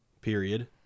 period